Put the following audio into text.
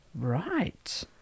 Right